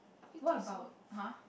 what about !huh!